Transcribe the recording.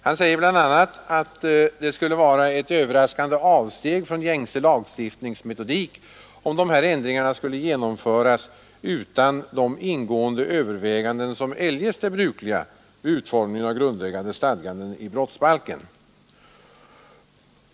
Han säger bl.a. att det skulle vara ett överraskande avsteg från gängse lagstiftningsmetodik om dessa ändringar skulle genomföras utan de ingående överväganden som eljest är brukliga vid utformningen av grundläggande stadganden i brottsbalken.